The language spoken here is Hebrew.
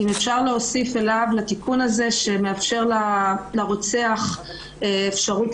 אם אפשר להוסיף לתיקון הזה שמאפשר לרוצח אפשרות